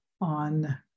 on